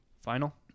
Final